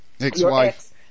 ex-wife